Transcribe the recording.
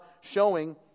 showing